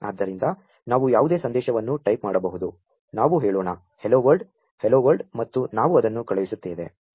ಆದ್ದರಿಂ ದ ನಾ ವು ಯಾ ವು ದೇ ಸಂ ದೇ ಶವನ್ನು ಟೈ ಪ್ ಮಾ ಡಬಹು ದು ನಾ ವು ಹೇ ಳೋ ಣ ಹಲೋ ವರ್ಲ್ಡ್ ಹಲೋ ವರ್ಲ್ಡ್ ಮತ್ತು ನಾ ವು ಅದನ್ನು ಕಳು ಹಿಸು ತ್ತೇ ವೆ